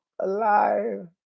alive